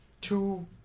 two